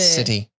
city 。